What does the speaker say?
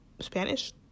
Spanish